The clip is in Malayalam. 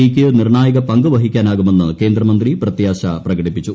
ഇ യ്ക്ക് നിർണ്ണായക പങ്ക് വഹിക്കാനാകുമെന്ന് കേന്ദ്രമന്ത്രി പ്രത്യാശ പ്രകടിപ്പിച്ചു